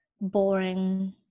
boring